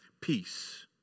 peace